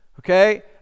Okay